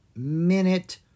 minute